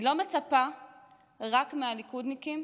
אני לא מצפה רק מהליכודניקים